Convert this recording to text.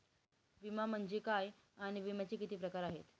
विमा म्हणजे काय आणि विम्याचे किती प्रकार आहेत?